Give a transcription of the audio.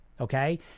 Okay